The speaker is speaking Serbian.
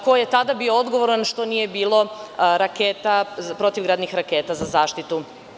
Ko je tada bio odgovoran što nije bilo protivgradnih raketa za zaštitu?